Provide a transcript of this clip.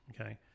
Okay